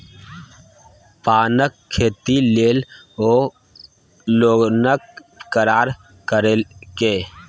पानक खेती लेल ओ लोनक करार करेलकै